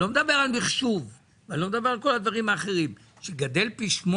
ללא מחשוב ודברים אחרים, גדל פי 8?